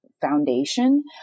foundation